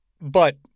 but-